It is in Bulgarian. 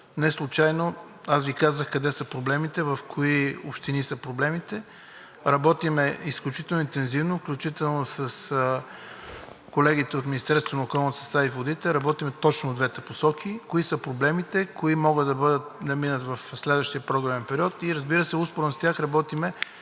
Неслучайно аз Ви казах къде са проблемите, в кои общини са проблемите. Работим изключително интензивно, включително с колегите от Министерството на околната среда и водите работим точно в двете посоки – кои са проблемите, кои могат да минат в следващ програмен период и, разбира се, успоредно с тях работим,